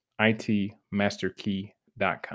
ITMasterKey.com